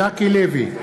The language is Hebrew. ז'קי לוי,